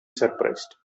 surprised